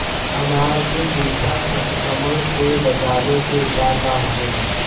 अनार के झुलसा संक्रमण से बचावे के उपाय का होखेला?